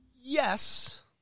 Yes